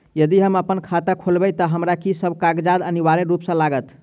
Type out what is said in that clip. यदि हम अप्पन खाता खोलेबै तऽ हमरा की सब कागजात अनिवार्य रूप सँ लागत?